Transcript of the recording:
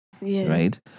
right